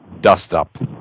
dust-up